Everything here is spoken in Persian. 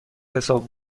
حساب